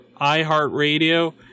iHeartRadio